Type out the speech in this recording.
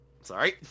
Sorry